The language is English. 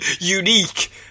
unique